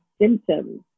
symptoms